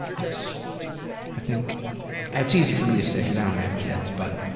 it's i think that's easy for me to say cause i don't have kids, but,